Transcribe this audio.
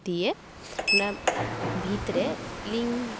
ᱫᱤᱭᱮ ᱚᱱᱟ ᱵᱷᱤᱛ ᱨᱮ ᱞᱤᱝ